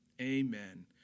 Amen